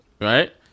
right